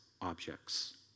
objects